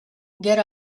get